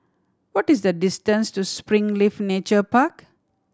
what is the distance to Springleaf Nature Park